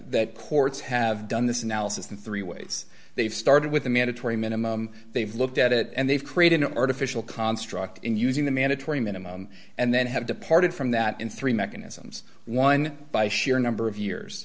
that courts have done this analysis in three ways they've started with the mandatory minimum they've looked at it and they've created an artificial construct in using the mandatory minimum and then have departed from that in three mechanisms one by sheer number of years